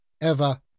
ever